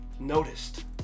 noticed